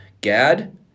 Gad